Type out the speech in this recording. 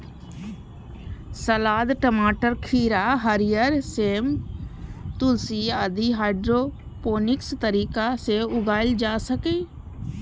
सलाद, टमाटर, खीरा, हरियर सेम, तुलसी आदि हाइड्रोपोनिक्स तरीका सं उगाएल जा सकैए